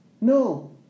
No